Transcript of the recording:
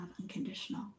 unconditional